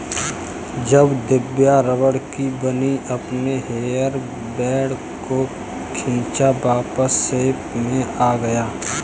जब दिव्या रबड़ की बनी अपने हेयर बैंड को खींचा वापस शेप में आ गया